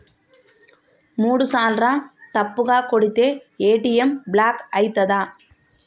మూడుసార్ల తప్పుగా కొడితే ఏ.టి.ఎమ్ బ్లాక్ ఐతదా?